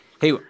hey